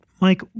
Mike